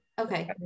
okay